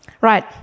Right